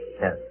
Yes